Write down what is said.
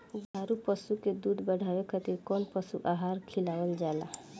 दुग्धारू पशु के दुध बढ़ावे खातिर कौन पशु आहार खिलावल जाले?